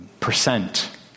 Percent